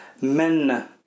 men